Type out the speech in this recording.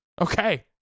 Okay